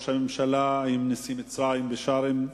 הממשלה עם נשיא מצרים בשארם,